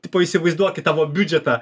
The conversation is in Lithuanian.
tipo įsivaizduok į tavo biudžetą